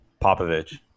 Popovich